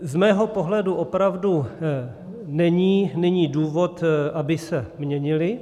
Z mého pohledu opravdu není nyní důvod, aby se měnily.